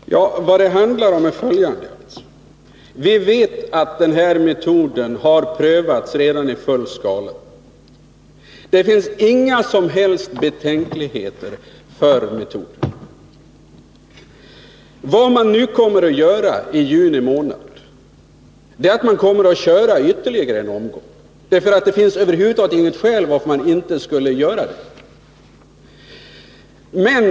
Fru talman! Vad det handlar om är följande. Vi vet att den här metoden redan har prövats i full skala. Det finns inga som helst betänkligheter mot den. Vad man kommer att göra i juni månad är att man kör ytterligare en omgång. Det finns nämligen över huvud taget inte något skäl till att man inte skulle göra det.